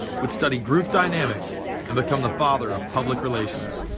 would study group dynamics and become the father of public relations.